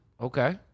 okay